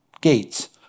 gates